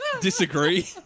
disagree